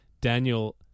Daniel